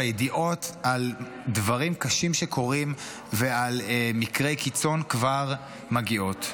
והידיעות על דברים קשים שקורים ועל מקרי קיצון כבר מגיעות.